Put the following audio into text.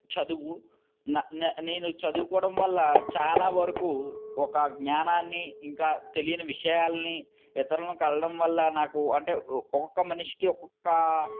చదువు నా నా నేను చదువుకోవడం వల్ల చాలా వరకు ఒక జ్ఞానాన్ని ఇంకా తెలియని విషయాల్ని ఇతరల్ని కలవడం వల్ల నాకు అంటే ఒక్క మనిషికి ఒక్కొక్క